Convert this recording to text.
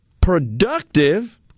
productive